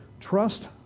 trust